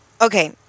Okay